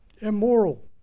immoral